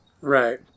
Right